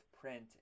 print